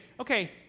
okay